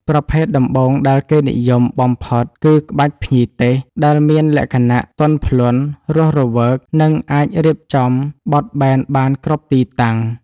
ប្រភេទដំបូងដែលគេនិយមបំផុតគឺ ក្បាច់ភ្ញីទេស ដែលមានលក្ខណៈទន់ភ្លន់ រស់រវើក និងអាចរៀបចំបត់បែនបានគ្រប់ទីតាំង។